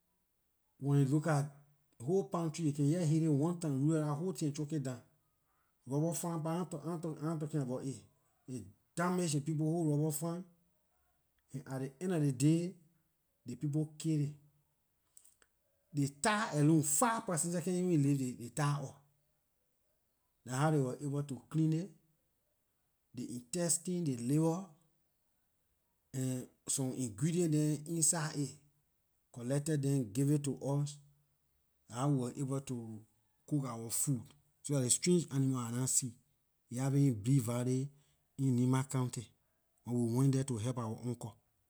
When aay look at whole palm tree aay can jeh hit it one time rootlor dah whole tin chunk aay down rubber farm pah ahn talking about it aay damage ley people whole rubber farm and at ley end of lor day ley people kill aay the thigh alone five person seh can even lift ley thigh up dah how they wor able to clean it ley intestine ley liver and some ingredients inside aay collected dem give aay to us dah how we wor able to cook our food so dah ley strange animal I nah see aay happen in blevalley in nimba county when we went there to help our uncle